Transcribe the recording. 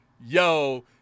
yo